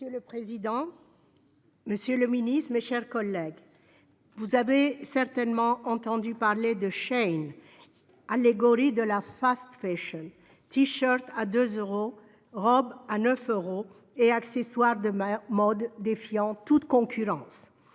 Monsieur le président, monsieur le ministre, mes chers collègues, vous avez certainement entendu parler de Shein, allégorie de la : t-shirts à 2 euros, robes à 9 euros et accessoires de mode défiant toute concurrence.